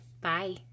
Bye